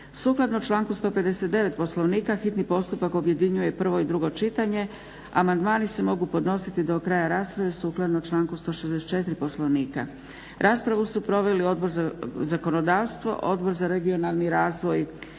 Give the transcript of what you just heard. Sukladno članku 159. Poslovnika hitni postupak objedinjuje prvo i drugo čitanje. Amandmani se mogu podnositi do kraja rasprave sukladno članku 164. Poslovnika. Raspravu su proveli Odbor za zakonodavstvo, Odbor za regionalni razvoj